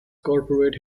corporate